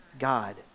God